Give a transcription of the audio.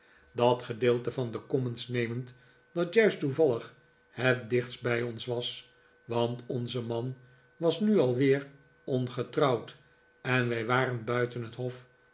dat gedeelte van de commons nemend dat juist toevallig het dichtst bij ons was want onze man was nu alweer ongetrouwd en wij waren buiten het hof